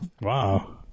Wow